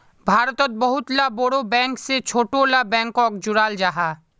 भारतोत बहुत ला बोड़ो बैंक से छोटो ला बैंकोक जोड़ाल जाहा